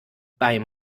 beim